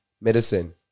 medicine